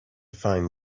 find